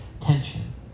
tension